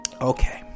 Okay